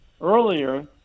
earlier